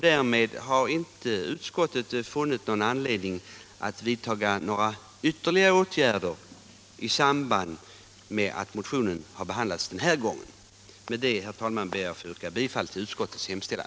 Därför har utskottet inte funnit någon anledning att vidta ytterligare åtgärder i samband med att motionen behandlats den här gången. Med det sagda ber jag, herr talman, att få yrka bifall till utskottets hemställan.